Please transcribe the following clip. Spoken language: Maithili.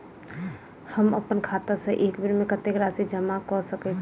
हम अप्पन खाता सँ एक बेर मे कत्तेक राशि जमा कऽ सकैत छी?